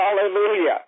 Hallelujah